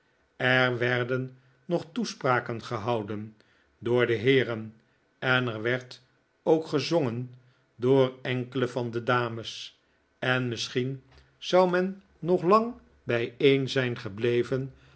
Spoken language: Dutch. er werden nog toespraken gehouden door de heeren en er werd ook gezongen door enkele van de dames en misschien zou men nog lang bijeen zijn gebleven